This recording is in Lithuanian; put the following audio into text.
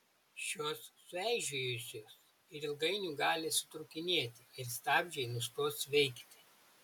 šios sueižėjusios ir ilgainiui gali sutrūkinėti ir stabdžiai nustos veikti